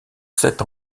sept